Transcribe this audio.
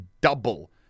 double